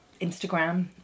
Instagram